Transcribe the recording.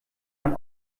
man